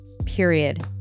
Period